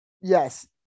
Yes